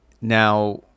Now